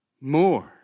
more